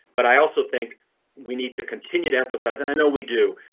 but i also think we need to continue to emphasize. and i know we do.